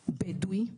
בדואי,